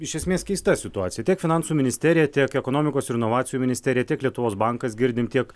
iš esmės keista situacija tiek finansų ministerija tiek ekonomikos ir inovacijų ministerija tiek lietuvos bankas girdim tiek